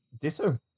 Ditto